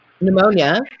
pneumonia